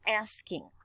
asking